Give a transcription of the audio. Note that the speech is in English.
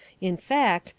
in fact,